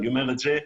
אני אומר את זה: